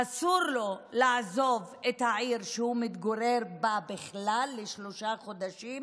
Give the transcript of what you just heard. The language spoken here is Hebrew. אסור לו לעזוב את העיר שהוא מתגורר בה בכלל לשלושה חודשים.